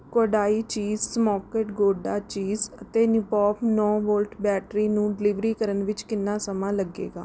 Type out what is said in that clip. Kodai cheese smoked gouda cheese ਅਤੇ Nippo ਨੌਂ volt battery ਨੂੰ ਡਿਲੀਵਰੀ ਕਰਨ ਵਿੱਚ ਕਿੰਨਾ ਸਮਾਂ ਲੱਗੇਗਾ